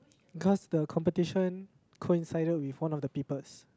because the competition coincided with one of the papers